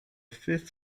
fifth